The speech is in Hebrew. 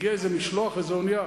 הגיע איזה משלוח באיזו אונייה.